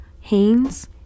Haynes